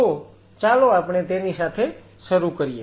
તો ચાલો આપણે તેની સાથે શરૂ કરીએ